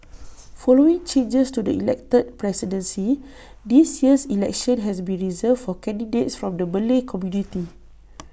following changes to the elected presidency this year's election has been reserved for candidates from the Malay community